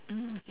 mm